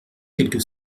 quelque